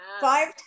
five